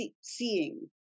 seeing